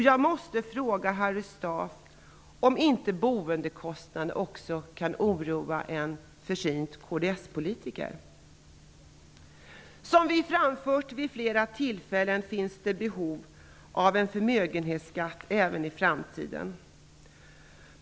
Jag måste få fråga Harry Staaf om inte boendekostnaden också kan oroa en försynt kdspolitiker. Som vi har framfört vid flera tillfällen finns det behov av en förmögenhetsskatt även i framtiden.